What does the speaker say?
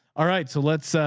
all right. so let's, so